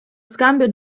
scambio